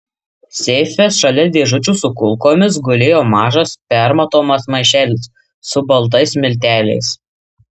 seife šalia dėžučių su kulkomis gulėjo mažas permatomas maišelis su baltais milteliais